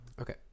okay